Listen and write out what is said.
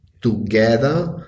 together